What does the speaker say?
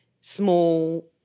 small